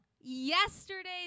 Yesterday